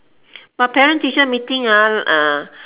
but parent teacher meeting